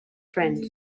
friend